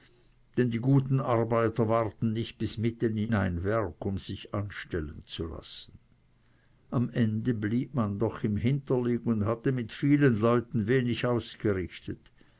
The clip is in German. denn die guten arbeiter warten nicht bis mitten in ein werk um sich anstellen zu lassen am ende blieb man doch im hinterlig und hatte mit vielen leuten wenig ausgerichtet